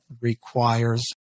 requires